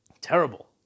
terrible